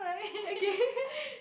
okay